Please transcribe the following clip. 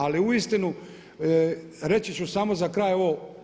Ali uistinu reći ću samo za kraj ovo.